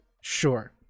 sure